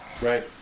Right